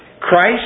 Christ